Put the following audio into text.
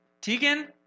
Tegan